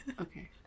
Okay